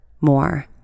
more